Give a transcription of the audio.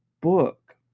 book